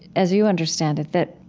as you understand it, that